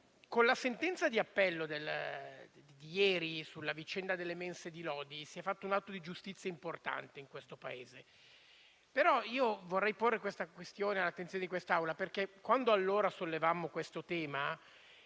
con la sentenza di appello di ieri sulla vicenda delle mense di Lodi si è compiuto un atto di giustizia importante in questo Paese. Vorrei però porre una questione all'attenzione di quest'Assemblea: quando sollevammo il tema